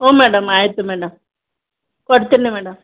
ಹ್ಞೂ ಮೇಡಮ್ ಆಯಿತು ಮೇಡಮ್ ಕೊಡ್ತೀನಿ ಮೇಡಮ್